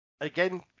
again